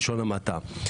בלשון המעטה.